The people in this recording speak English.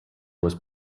was